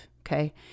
okay